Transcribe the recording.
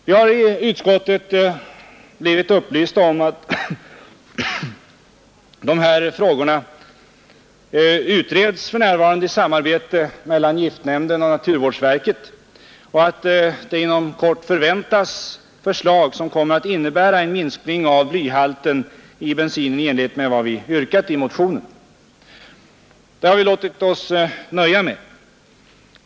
Vi har i utskottet blivit upplysta om att dessa frågor för närvarande utreds i samarbete mellan giftnämnden och naturvårdsverket och att det inom kort förväntas förslag, som kommer att innebära en minskning av blyhalten i enlighet med vad vi yrkat i motionen. Vi har låtit oss nöja med detta.